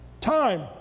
time